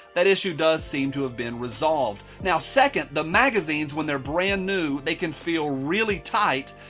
that issue does seem to have been resolved. now second, the magazines, when they're brand new, they can feel really tight,